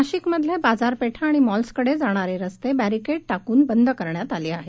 नाशिकमधले बाजार पेठा आणि मॉल्सकडे जाणारे रस्ते बॅरिकेड टाकून बंद करण्यात आले आहेत